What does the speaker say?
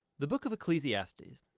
the book of ecclesiastes.